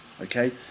okay